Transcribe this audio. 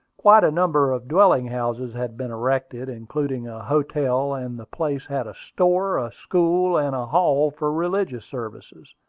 quite a number of dwelling-houses had been erected, including a hotel, and the place had a store, a school, and a hall for religious services.